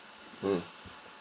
mm